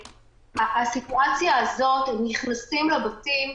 והסיטואציה הזאת שהם נכנסים לבתים,